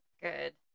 Good